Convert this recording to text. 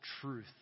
truth